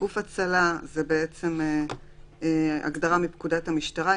--- "גוף הצלה" זו בעצם הגדרה מפקודת המשטרה,